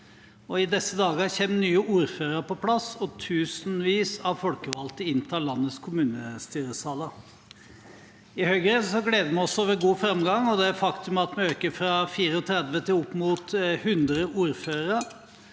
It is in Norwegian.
i disse dager kommer nye ordførere på plass, og tusenvis av folkevalgte inntar landets kommunestyresaler. I Høyre gleder vi oss over god fremgang og det faktum at vi øker fra 34 til opp mot 100 ordførere.